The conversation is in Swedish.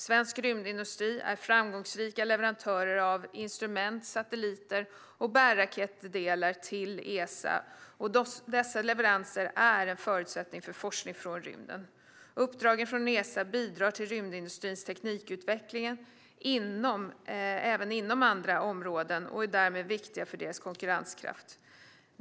Svensk rymdindustri har framgångsrika leverantörer av instrument, satelliter och bärraketdelar till Esa, och dessa leveranser är en förutsättning för forskning från rymden. Uppdragen från Esa bidrar till rymdindustrins teknikutveckling även inom andra områden och är därmed viktiga för deras konkurrenskraft.